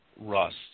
rust